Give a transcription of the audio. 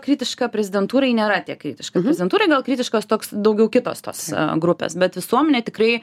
kritiška prezidentūrai nėra tiek kritiška prezidentūrai gal kritiškos toks daugiau kitos tos grupės bet visuomenė tikrai